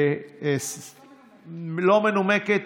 לא מנומקת.